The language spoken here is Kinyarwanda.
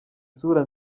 isura